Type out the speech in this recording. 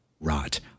Rot